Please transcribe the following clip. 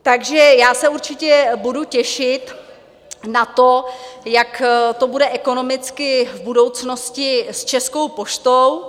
Takže já se určitě budu těšit na to, jak to bude ekonomicky v budoucnosti s Českou poštou.